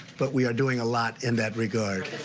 but we're doing a lot in that regard.